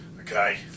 Okay